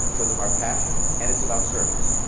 show them our passion. and it's about service.